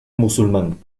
musulmán